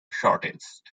shortest